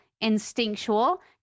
instinctual